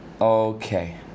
Okay